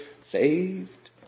saved